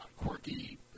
quirky